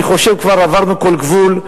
אני חושב שכבר עברנו כל גבול.